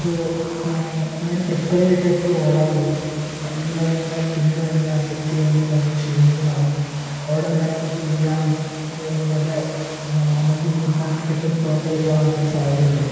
അത് നമ്മളതിന് പ്രിപ്പേറ് ചെയ്തിട്ടേ എപ്പോഴും ഓടാറുള്ളു അല്ലങ്കിലത് നമ്മള് പിന്നീട് ഭയങ്കര അഫക്ട് ചെയ്ത് നമ്മള് ഭയങ്കര ക്ഷീണിതരാകും ഓട്ടത്തിനിടെ വീഴാനും നല്ല എനർജിയൊന്നും കിട്ടാതെ പെട്ടന്ന് ലോസായി പോകാനൊക്കെ സാധ്യതയുണ്ട്